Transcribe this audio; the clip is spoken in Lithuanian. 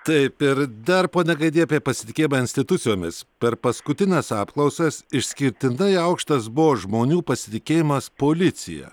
taip ir dar pone gaidy apie pasitikėjimą institucijomis per paskutines apklausas išskirtinai aukštas buvo žmonių pasitikėjimas policija